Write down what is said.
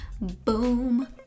Boom